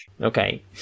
Okay